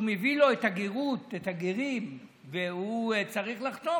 מביא לו את הגרים והוא צריך לחתום,